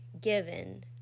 given